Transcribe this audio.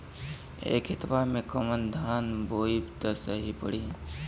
ए खेतवा मे कवन धान बोइब त सही पड़ी?